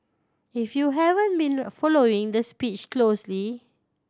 if you haven't been a following the speech closely